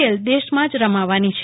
L દેશમાં રમવાની છે